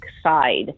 side